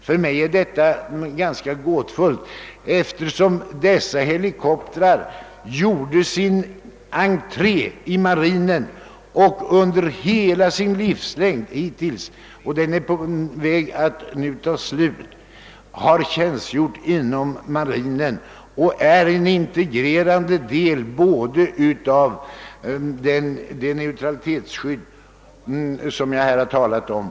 För mig är ett sådant skrivsätt ganska gåtfullt, eftersom dessa helikoptrar gjorde sitt inträde i marinen och under hela den tid de varit i bruk — vilken nu lider mot sitt slut — använts just inom marinen. De utgör en integrerad del av det neutralitetsskydd som jag har talat om.